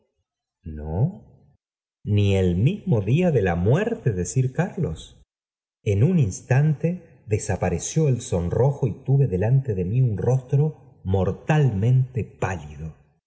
no ni el mismo día de la muerte de sir carlos en un instante desapareció el sonrojo y tuve delante de mí un rostro mor talmente pálido